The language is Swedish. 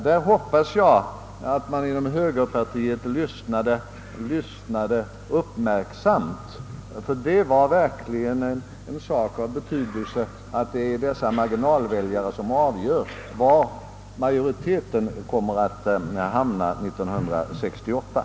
Jag hoppas att man inom högerpartiet lyssnade uppmärksamt till detta uttalande, ty det är verkligen en sak av vikt att det är dessa marginalväljare som avgör var majoriteten kommer att hamna 1968.